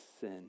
sin